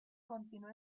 continuó